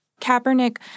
Kaepernick